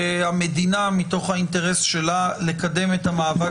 שהמדינה מתוך האינטרס שלה לקדם את המאבק